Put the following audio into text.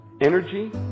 energy